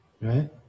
Right